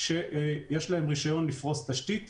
שיש להן רישיון לפרוס תשתית,